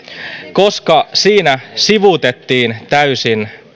koska siinä sivuutettiin täysin